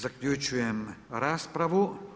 Zaključujem raspravu.